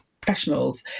professionals